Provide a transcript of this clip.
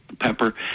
pepper